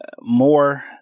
more